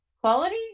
quality